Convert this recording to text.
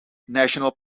national